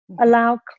allow